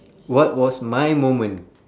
what was my moment